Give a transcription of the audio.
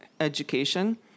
education